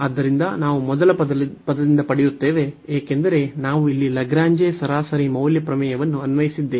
ಆದ್ದರಿಂದ ನಾವು ಮೊದಲ ಪದದಿಂದ ಪಡೆಯುತ್ತೇವೆ ಏಕೆಂದರೆ ನಾವು ಇಲ್ಲಿ ಲಾಗ್ರೇಂಜ್ ಸರಾಸರಿ ಮೌಲ್ಯ ಪ್ರಮೇಯವನ್ನು ಅನ್ವಯಿಸಿದ್ದೇವೆ